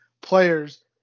players